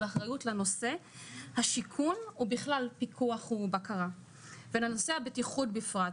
אחריות לנושא ובכלל פיקוח ובקרה ולנושא הבטיחות בפרט.